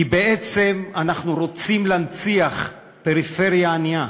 כי בעצם אנחנו רוצים להנציח פריפריה ענייה.